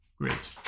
Great